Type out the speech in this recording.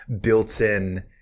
built-in